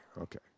okay